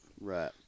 right